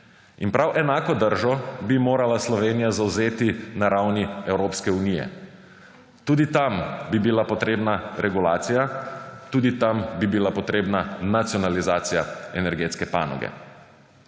In prav enako držo bi morala Slovenija zavzeti na ravni Evropske unije. Tudi tam bi bila potrebna regulacija, tudi tam bi bila potrebna nacionalizacija energetske panoge.